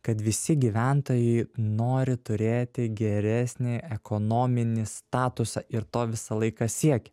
kad visi gyventojai nori turėti geresnį ekonominį statusą ir to visą laiką siekia